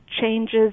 changes